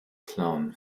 clown